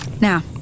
Now